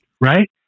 right